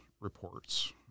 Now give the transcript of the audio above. reports